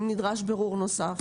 אם נדרש בירור נוסף.